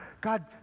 God